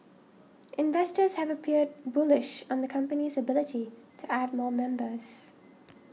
investors have appeared bullish on the company's ability to add more members